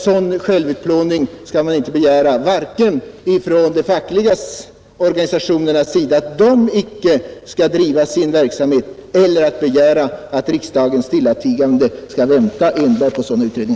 Sådant skall man inte begära av vare sig de fackliga organisationerna eller riksdagen.